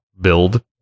Build